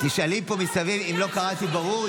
תשאלי פה מסביב אם לא קראתי ברור,